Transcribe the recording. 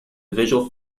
visual